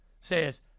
says